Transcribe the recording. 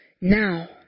now